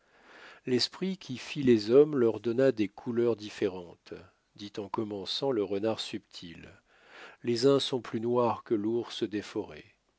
l'esprit qui fit les hommes leur donna des couleurs différentes dit en commençant le renard subtil les uns sont plus noirs que l'ours des forêts